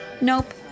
Nope